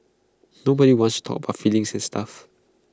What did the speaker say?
nobody wants talk about feelings and stuff